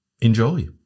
Enjoy